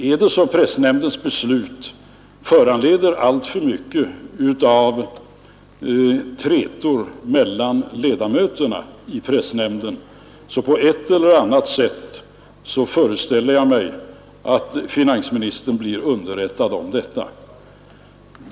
Är det så att pressnämndens beslut föranleder alltför mycket av trätor mellan ledamöterna i nämnden föreställer jag mig att finansministern på ett eller annat sätt blir underrättad om detta.